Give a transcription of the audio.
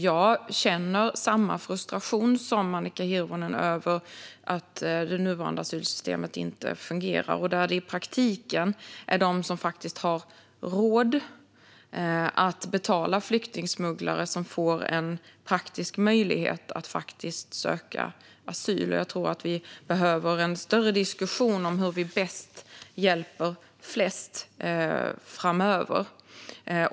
Jag känner samma frustration som Annika Hirvonen över att det nuvarande asylsystemet inte fungerar och att det i praktiken är de som har råd att betala flyktingsmugglare som får möjlighet att faktiskt söka asyl. Jag tror att vi behöver en större diskussion om hur vi bäst hjälper flest framöver.